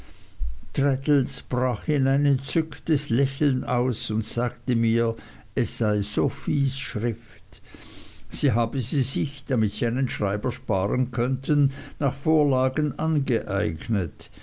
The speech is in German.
brach in ein entzücktes lächeln aus und sagte mir es sei sophies schrift sie habe sie sich damit sie einen schreiber sparen könnten nach vorlagen angeeignet